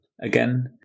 again